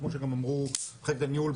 כמו שגם אמרו --- בניהול,